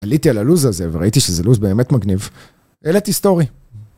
עליתי על הלו"ז הזה, וראיתי שזה לו"ז באמת מגניב. העליתי היסטורי.